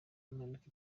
impanuka